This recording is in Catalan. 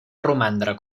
romandre